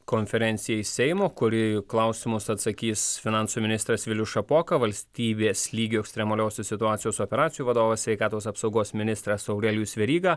konferenciją iš seimo kur į klausimus atsakys finansų ministras vilius šapoka valstybės lygio ekstremaliosios situacijos operacijų vadovas sveikatos apsaugos ministras aurelijus veryga